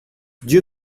dieu